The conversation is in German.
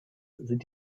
sind